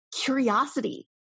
curiosity